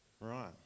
right